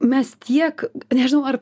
mes tiek nežinau ar